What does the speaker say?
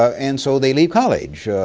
and so they leave college.